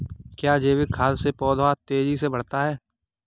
क्या जैविक खाद से पौधा तेजी से बढ़ता है?